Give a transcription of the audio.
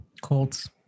Colts